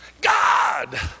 God